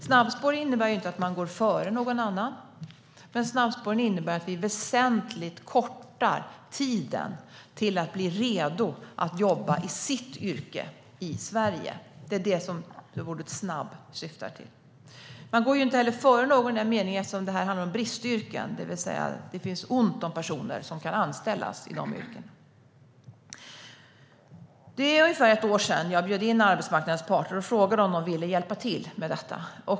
Snabbspår innebär inte att man går före någon annan, utan snabbspåren innebär att vi väsentligt kortar den tid det tar att bli redo att jobba i sitt yrke i Sverige. Det är det som "snabb" syftar på. Man går heller inte före någon i den meningen eftersom det här handlar om bristyrken, det vill säga det finns ont om personer som kan anställas i dessa yrken. Det är ungefär ett år sedan jag bjöd in arbetsmarknadens parter och frågade om de ville hjälpa till med detta.